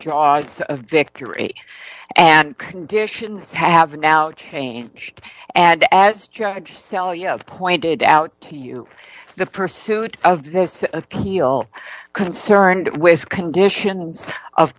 of victory and conditions have now changed and as judge sell you pointed out to you the pursuit of this appeal concerned with conditions of